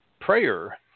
Prayer